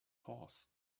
horse